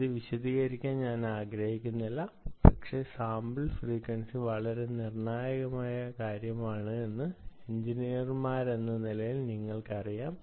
ഇത് വിശദീകരിക്കാൻ ഞാൻ ആഗ്രഹിക്കുന്നില്ല പക്ഷേ സാമ്പിൾ ഫ്രീക്വൻസി വളരെ നിർണായകമായ കാര്യമാണെന്ന് എഞ്ചിനീയർമാരെന്ന നിലയിൽ നിങ്ങൾക്കറിയാം